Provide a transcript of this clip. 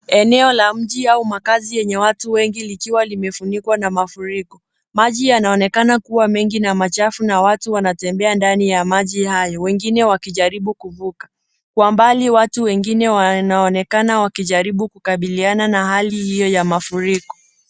Eneo la mji au makazi yenye watu wengi likiwa limefunikwa na mafuriko. Maji yanaonekana kuwa mengi na machafu na watu wanatembea ndani ya maji hayo wengine wakijaribu kuvuka. Kwa mbali watu wengine wanaonekana wakijaribu kukabiliana na hali hiyo ya mafuriko.